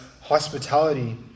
hospitality